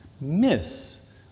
miss